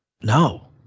no